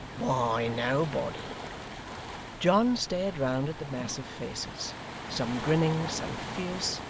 why, nobody john stared round at the mass of faces some grinning, some fierce,